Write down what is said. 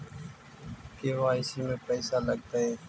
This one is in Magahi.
के.वाई.सी में पैसा लगतै?